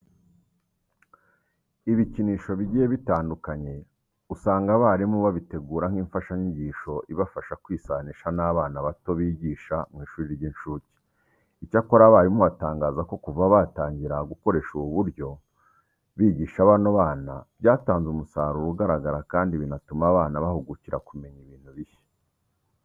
Ibikinisho bigiye bitandukanye usanga abarimu babitegura nk'imfashanyigisho ibafasha kwisanisha n'abana bato bigisha mu ishuri ry'incuke. Icyakora abarimu batangaza ko kuva batangira gukoresha ubu buryo bigisha bano bana, byatanze umusaruro ugaragara kandi binatuma abana bahugukira kumenya ibintu bishya.